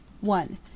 one